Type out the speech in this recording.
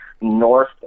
north